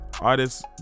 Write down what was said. artists